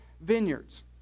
vineyards